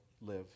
live